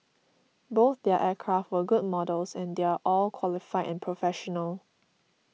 both their aircraft were good models and they're all qualified and professional